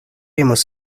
hemos